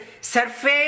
surface